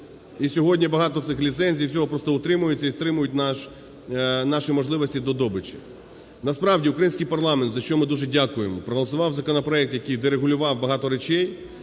І сьогодні багато цих ліцензій, всього просто утримується і стримують наші можливості до добичі. Насправді український парламент, за що ми дуже дякуємо, проголосував законопроект, який дерегулював багато речей,